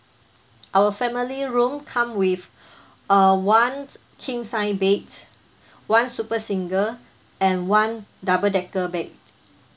our family room come with uh one king size bed one super single and one double decker bed